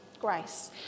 grace